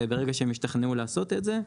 ברגע שהם ישתכנעו לעשות את זה,